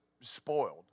spoiled